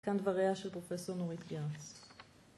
עד ‫כאן דבריה של פרופ' נורית גירץ.